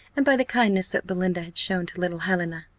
and by the kindness that belinda had shown to little helena.